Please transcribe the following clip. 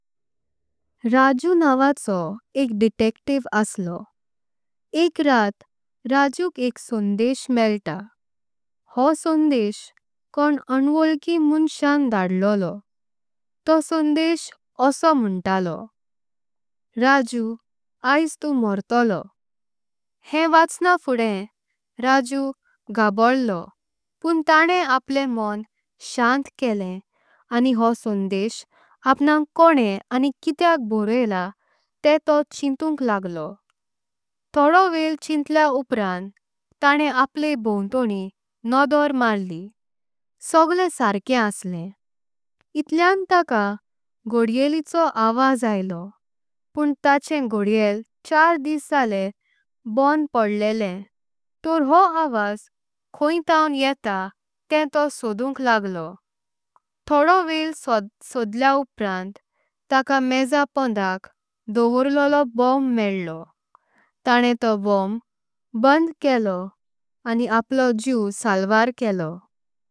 राजू नावाचो एक डिटेक्टिव असलो एक रात राजूक। एक संदेश मेला हो संदेश कोंण अवोळकी मोंसां धाडलो। तो संदेश असो म्होंटलो राजू आज तू मर्तोलो हें वाचनाफुद्दे। राजू हाबोरलो पंण ताणें आपले मों शांत केलं आनी हो संदेश। आपूंक कोणंनी आनी कित्याक बरोइलां तें तो चिंतूंक लागलो। तोड़ो वेळ चितेल्या उब्रांत ताणें आपले भोंतोंनी नोदोर मारली। सग्ले सर्कें असले इतलेआं ताका घोड्येलिचो आवाज आयलो। पण ताचें घोड्येल चार डिस जाले बंद पडलेलं तोर हो। आवाज कोई थांवन येता तें तो सोडूंक लागलो तोड़ो वेळ। सोडल्या उब्रांत ताका मेजा पोंध्याक दोवर्लो। बोंब मेलो ताणें तो बोंब बंद केलो आनी आपलो जीव सालवार केलो।